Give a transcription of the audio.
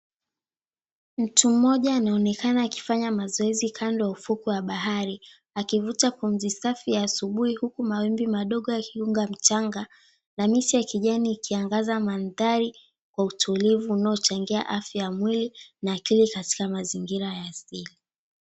Mtu mmoja anaonekana akifanya mazoezi kando wa ufukwe wa bahari akivuta pumzi safi ya asubuhi huku mawimbi madogo yakiunga mchanga na miti ya kijani ikiangaza mandhari kwa utulivu unaochangia afya ya mwili na akili katika mazingira ya asili.